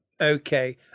Okay